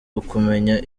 ukumenya